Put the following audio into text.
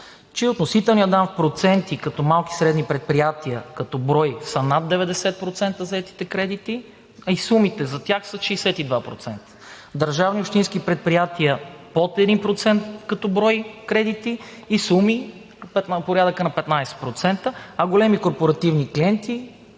че относителният дял в проценти като малки и средни предприятия като взетите кредите като брой са над 90%, а и сумите за тях са 62%. Държавни и общински предприятия – под 1% като брой кредити и суми от порядъка на 15%, а големи корпоративни клиенти